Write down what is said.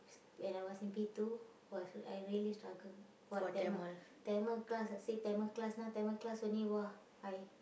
when I was in P two !wah! I really struggle !wah! Tamil Tamil class I see Tamil class now Tamil class only !wah! I